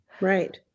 right